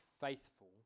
faithful